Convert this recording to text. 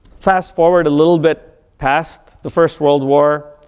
fast forward a little bit past the first world war,